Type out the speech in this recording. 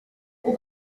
for